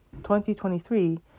2023